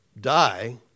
die